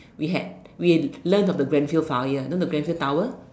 we had we learn of the grand field fire know the grand field tower